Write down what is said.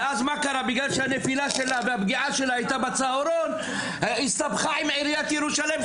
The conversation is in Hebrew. אז כיוון שהנפילה שלה הייתה בצהרון היא הסתבכה עם עיריית ירושלים.